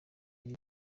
buri